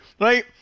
right